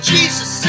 Jesus